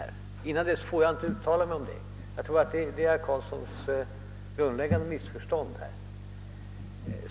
Dessförinnan får jag inte uttala mig. Jag tror att herr Carlssons missuppfattning ligger just däri.